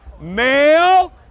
Male